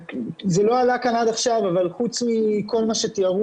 זה לא עלה כאן עד עכשיו אבל חוץ מכל מה שתיארו